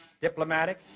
diplomatic